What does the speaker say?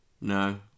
No